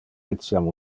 etiam